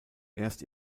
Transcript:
erst